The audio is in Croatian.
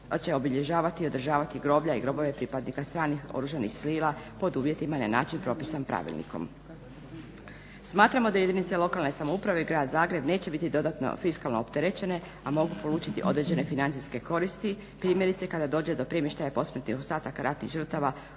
obilježavati i održavati groblja i grobove pripadnika stranih oružanih sila pod uvjetima i na način propisan pravilnikom. Smatramo da jedinice lokalne samouprave i grad Zagreb neće biti dodatno fiskalno opterećene, a mogu polučiti određene financijske koristi primjerice kada dođe do premještaja posmrtnih ostataka ratnih žrtava